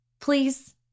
Please